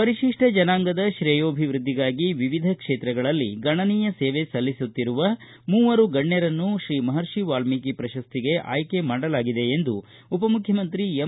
ಪರಿಶಿಪ್ಪ ಜನಾಂಗದ ತ್ರೇಯೊಭಿವೃದ್ಧಿಗಾಗಿ ವಿವಿಧ ಕ್ಷೇತ್ರಗಳಲ್ಲಿ ಗಣನೀಯ ಸೇವೆ ಸಲ್ಲಿಸುತ್ತಿರುವ ಮೂವರು ಗಣ್ಯರನ್ನು ಶ್ರೀ ಮಹರ್ಷಿ ವಾಲ್ಮೀಕಿ ಪ್ರಶಸ್ತಿಗೆ ಆಯ್ಕೆ ಮಾಡಲಾಗಿದೆ ಎಂದು ಉಪ ಮುಖ್ಯಮಂತ್ರಿ ಎಂ